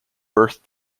birth